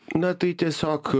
na tai tiesiog